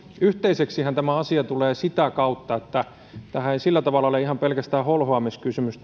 yhteiseksihän tämä asia tulee sitä kautta tämähän ei sillä tavalla ole ihan pelkästään holhoamiskysymys